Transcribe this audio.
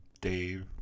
Dave